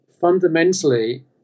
fundamentally